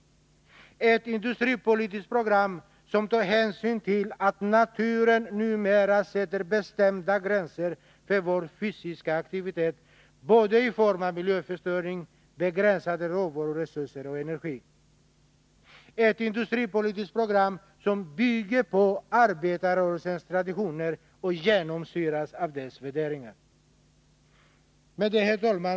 Ett industripolitiskt program som tar hänsyn till att naturen numera sätter bestämda gränser för vår fysiska aktivitet i form av miljöförstöring, begränsade råvaruresurser och energi. Ett industripolitiskt program som bygger på arbetarrörelsens traditioner och genomsyras av dess värderingar. Herr talman!